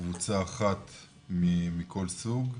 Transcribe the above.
קבוצה אחת מכל סוג,